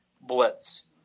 blitz